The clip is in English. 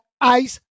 ice